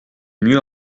mieux